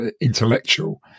intellectual